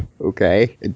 Okay